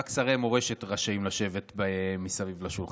רק שרי מורשת רשאים לשבת מסביב לשולחן.